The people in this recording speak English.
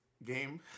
game